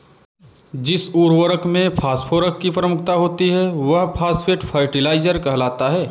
जिस उर्वरक में फॉस्फोरस की प्रमुखता होती है, वह फॉस्फेट फर्टिलाइजर कहलाता है